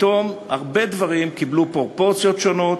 פתאום הרבה דברים קיבלו פרופורציות שונות,